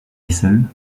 isle